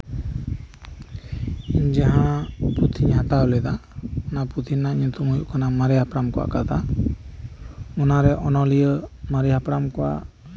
ᱡᱟᱦᱟᱸ ᱯᱩᱛᱷᱤᱧ ᱦᱟᱛᱟᱣ ᱞᱮᱫᱟ ᱚᱱᱟ ᱯᱩᱛᱷᱤ ᱨᱮᱭᱟᱜ ᱧᱩᱛᱩᱢ ᱫᱚ ᱦᱩᱭᱩᱜ ᱠᱟᱱᱟ ᱢᱟᱨᱮ ᱦᱟᱯᱲᱟᱢ ᱠᱚᱣᱟᱜ ᱠᱟᱛᱷᱟ ᱚᱱᱟᱨᱮ ᱚᱱᱚᱞᱤᱭᱟᱹ ᱢᱟᱨᱮ ᱦᱟᱯᱲᱟᱢ ᱠᱚᱣᱟᱜ